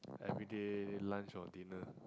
everyday lunch or dinner